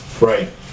Right